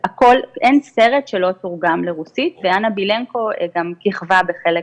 אין סרט שלא תורגם לרוסית ואנה בילנקו גם כיכבה בחלק